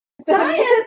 Science